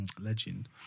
legend